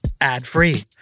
ad-free